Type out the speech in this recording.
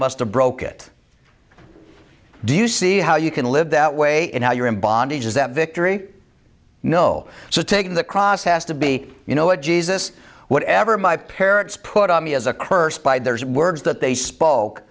musta broke it do you see how you can live that way and how you're in bondage is that victory no so taking the cross has to be you know what jesus whatever my parents put on me as a curse by there's words that they spoke